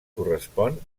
correspon